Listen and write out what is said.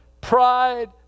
pride